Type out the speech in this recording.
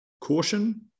caution